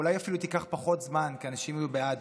אולי היא אפילו תיקח פחות זמן, כי אנשים יהיו בעד.